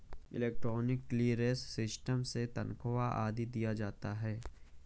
electronic clearance system से तनख्वा आदि दिया जाता है